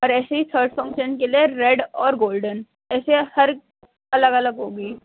اور ایسے ہی تھرڈ فنکشن کے لیے ریڈ اور گولڈن ایسے ہر ایک الگ الگ ہوگی